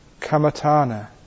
kamatana